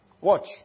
Watch